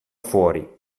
fuori